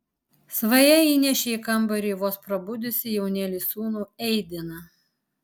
svaja įnešė į kambarį vos prabudusį jaunėlį sūnų eidiną